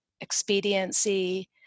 expediency